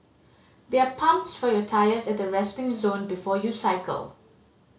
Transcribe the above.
there are pumps for your tyres at the resting zone before you cycle